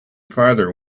farther